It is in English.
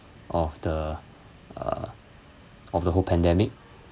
of the uh of the whole pandemic